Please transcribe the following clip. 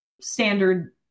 standard